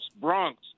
Bronx